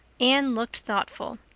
anne looked thoughtful.